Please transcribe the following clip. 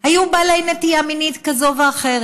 היו בעלי נטייה מינית כזאת או אחרת.